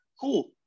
cool